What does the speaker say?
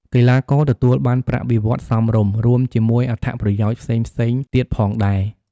កីឡាករទទួលបានប្រាក់បៀវត្សសមរម្យ រួមជាមួយអត្ថប្រយោជន៍ផ្សេងៗទៀតផងដែរ។